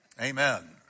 Amen